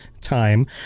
time